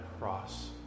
cross